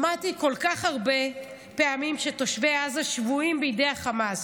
שמעתי כל כך הרבה פעמים שתושבי עזה 'שבויים בידי חמאס',